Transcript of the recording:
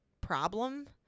problem